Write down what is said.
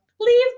Leave